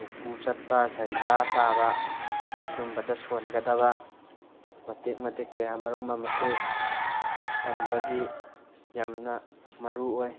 ꯎꯀꯨ ꯆꯠꯄ ꯁꯖꯗꯥ ꯇꯥꯕ ꯑꯗꯨꯝꯕꯗ ꯁꯣꯟꯒꯗꯕ ꯃꯇꯦꯛ ꯃꯇꯦꯛ ꯀꯌꯥꯃꯔꯨꯝ ꯑꯃꯁꯨ ꯇꯝꯕꯒꯤ ꯌꯥꯝꯅ ꯃꯔꯨꯑꯣꯏ